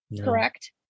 correct